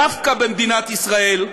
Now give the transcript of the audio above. דווקא במדינת ישראל,